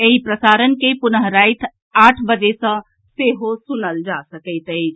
एहि प्रसारण के पुनः राति आठ बजे सँ सेहो सुनल जा सकैत अछि